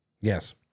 Yes